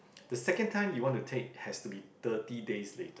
the second you want to take has to be thirty days later